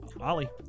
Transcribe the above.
Ollie